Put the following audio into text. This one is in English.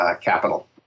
capital